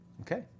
Okay